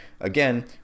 again